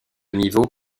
niveau